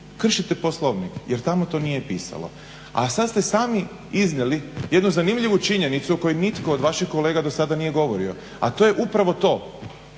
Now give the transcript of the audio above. kršite Poslovnik jer tamo to nije pisalo. A sad ste sami iznijeli jednu zanimljivu činjenicu koju nitko od vaših kolega do sada nije govorio, a to je upravo to,